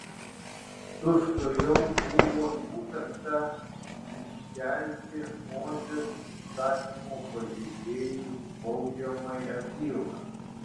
tučtuojau buvo nutarta iškelti mozės įstatymo pažeidėjui baudžiamąją bylą